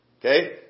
Okay